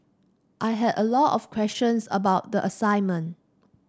I had a lot of questions about the assignment